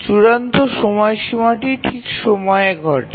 চূড়ান্ত সময়সীমাটি ঠিক সময়ে ঘটে